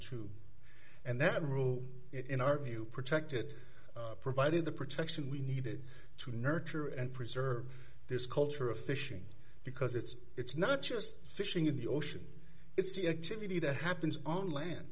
two and that rule in our view protected provided the protection we needed to nurture and preserve this culture of fishing because it's it's not just fishing in the ocean its utility that happens on land